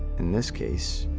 in this case,